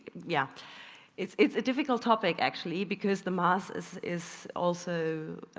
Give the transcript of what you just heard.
yeah it's it's a difficult topic actually because the mass is is also